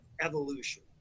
evolution